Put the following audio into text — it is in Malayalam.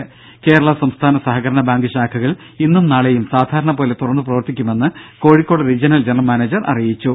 ദേദ കേരള സംസ്ഥാന സഹകരണ ബാങ്ക് ശാഖകൾ ഇന്നും നാളെയും സാധാരണ പോലെ തുറന്ന് പ്രവർത്തിക്കുമെന്ന് കോഴിക്കോട് റീജ്യണൽ ജനറൽ മാനേജർ അറിയിച്ചു